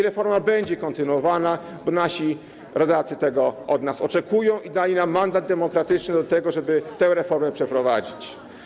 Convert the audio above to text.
Reforma będzie kontynuowana, bo nasi rodacy tego od nas oczekują i dali nam mandat demokratyczny do tego, żeby tę reformę przeprowadzić.